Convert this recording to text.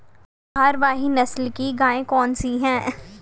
भारवाही नस्ल की गायें कौन सी हैं?